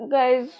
Guys